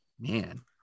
Man